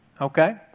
okay